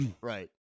right